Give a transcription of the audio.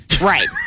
Right